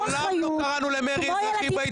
מעולם לא קראנו למרי אזרחי בהתנתקות.